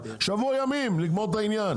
שבוע ימים לגמור את העניין,